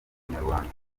munyarwanda